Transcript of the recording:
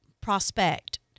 prospect